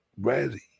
ready